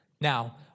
Now